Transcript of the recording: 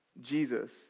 Jesus